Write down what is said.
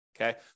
Okay